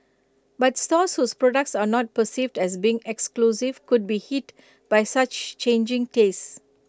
but stores whose products are not perceived as being exclusive could be hit by such changing tastes